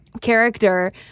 character